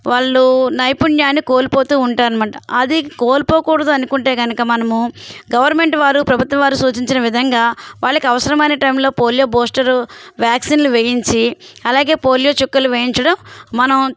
వాళ్ళు నైపుణ్యాన్ని కోల్పోతూ ఉంటారు అన్నమాట అది కోల్పోకూడదు అనుకుంటే కనుక మనము గవర్నమెంట్ వారు ప్రభుత్వం వారు సూచించిన విధంగా వాళ్ళకు అవసరమైన టైంలో పోలియో బూస్టరు వ్యాక్సిన్లు వేయించి అలాగే పోలియో చుక్కలు వేయించడం మనం